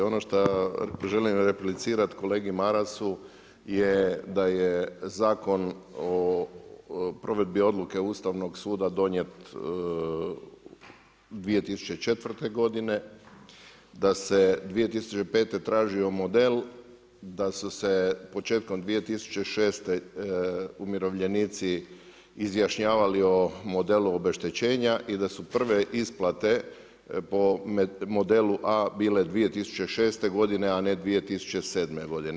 Ono šta želim replicirati kolegi Marasu je da je Zakon o provedbi odluke Ustavnog suda donijet 2004. godine da se 2005. tražio model da su se početkom 2006. umirovljenici izjašnjavali o modelu obeštećenja i da su prve isplate po modelu A bile 2006. godine a ne 2007. godine.